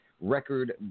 record